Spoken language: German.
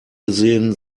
gesehen